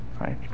right